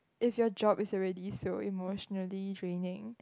if your job is already so emotionally draining